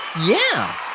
yeah!